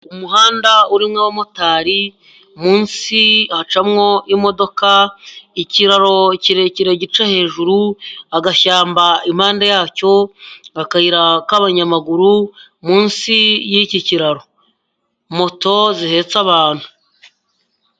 Umuhanda urimo abamotari, munsi hacamwo imodoka, ikiraro kirekire gica hejuru, agashyamba impande yacyo, akayira k'abanyamaguru munsi y'iki kiraro. Moto zihetse abantu.